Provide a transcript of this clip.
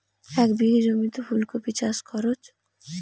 এক বিঘে জমিতে ফুলকপি চাষে খরচ?